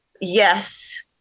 yes